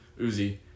Uzi